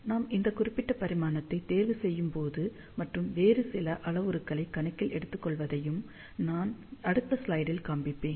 நாம் இந்த குறிப்பிட்ட பரிமாணத்தை தேர்வு செய்யும்போது மற்றும் வேறு சில அளவுருக்களை கணக்கில் எடுத்துக்கொள்ளுவதையும் நான் அடுத்த ஸ்லைடில் காண்பிப்பேன்